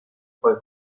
poi